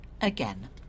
again